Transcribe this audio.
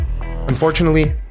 Unfortunately